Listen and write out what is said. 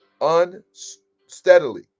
unsteadily